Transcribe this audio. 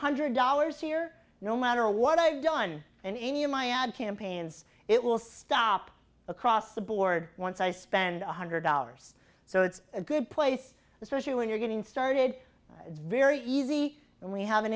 hundred dollars here no matter what i've done and any of my ad campaigns it will stop across the board once i spend one hundred dollars so it's a good place especially when you're getting started it's very easy and we have an